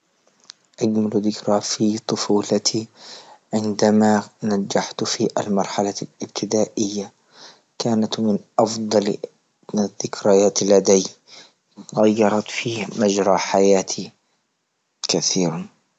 أجمل ذكرى في طفولتي عندما نجحت في المرحلة الابتدائية، كانت من أفضل الذكريات لدى، غيرت في مجرى حياتي كثيرا.